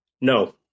No